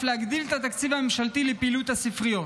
להגדיל את התקציב הממשלתי לפעילות הספריות.